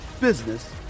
business